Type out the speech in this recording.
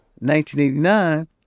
1989